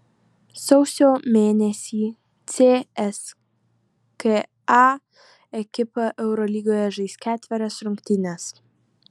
sausio mėnesį cska ekipa eurolygoje žais ketverias rungtynes